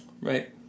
Right